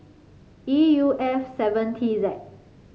E U F seven T Z